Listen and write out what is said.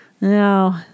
No